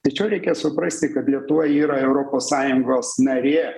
tačiau reikia suprasti kad lietuva yra europos sąjungos narė